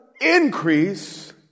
increase